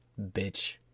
Bitch